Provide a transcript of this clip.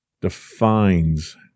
defines